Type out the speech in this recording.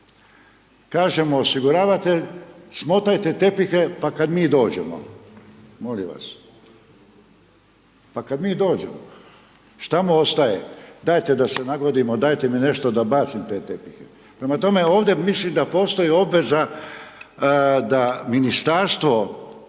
Kaže mu osiguravatelj smotajte tepihe pa kad mi dođemo. Molim vas. Pa kad mi dođemo. Šta mu ostaje. Dajte da se nagodimo, dajte mi nešto da bacim te tepihe. Prema tome, ovdje mislim da postoji obveza da ministarstvo,